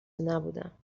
نبودم